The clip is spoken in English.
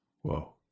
Whoa